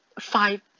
five